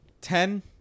ten